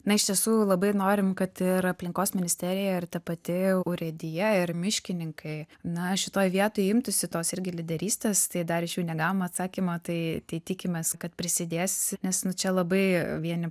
na iš tiesų labai norim kad ir aplinkos ministerija ir ta pati urėdija ir miškininkai na šitoj vietoj imtųsi tos irgi lyderystės tai dar iš jų negavom atsakymo tai tai tikimės kad prisidės nes nu čia labai vieni